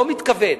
לא מתכוון.